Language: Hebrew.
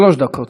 שלוש דקות.